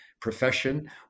profession